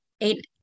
eight